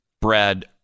Brad